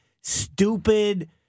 stupid